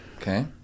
Okay